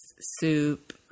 soup